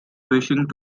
wishing